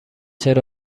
چرا